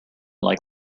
like